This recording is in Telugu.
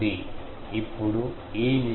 ఇప్పుడు ఈ నిష్పత్తి 2 1కు ఉంది